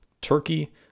Turkey